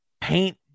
paint